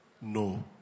No